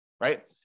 right